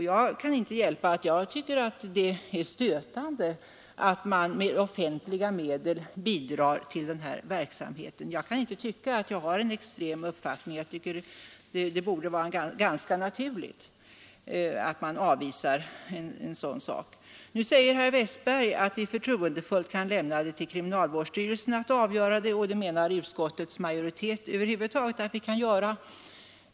Jag kan inte hjälpa att jag tycker att det är stötande att man med offentliga medel bidrar till denna verksamhet. Jag kan inte finna att detta är en extrem uppfattning. Det borde vara ganska naturligt att man avvisar ett sådant anslag. Nu säger herr Westberg i Ljusdal att vi förtroendefullt kan lämna till kriminalvårdsstyrelsen att avgöra detta, och även utskottets majoritet menar att vi kan göra det.